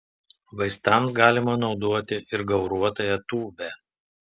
vaistams galima naudoti ir gauruotąją tūbę